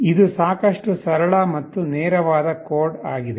ಇದು ಸಾಕಷ್ಟು ಸರಳ ಮತ್ತು ನೇರವಾದ ಕೋಡ್ ಆಗಿದೆ